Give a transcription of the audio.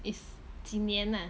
is 几年 eh